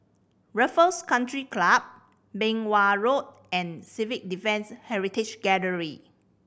Raffles Country Club Beng Wan Road and Civil Defence Heritage Gallery